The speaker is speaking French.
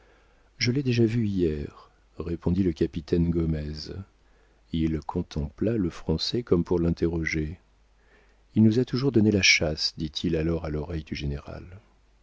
je l'ai déjà vu hier répondit le capitaine gomez il contempla le français comme pour l'interroger il nous a toujours donné la chasse dit-il alors à l'oreille du général